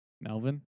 Melvin